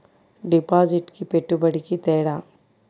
డిపాజిట్కి పెట్టుబడికి తేడా?